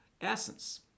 essence